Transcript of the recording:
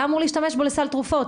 אתה אמור להשתמש בו לסל תרופות,